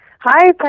Hi